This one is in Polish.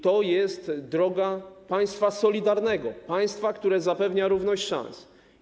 To jest droga państwa solidarnego, państwa, które zapewnia równość szans.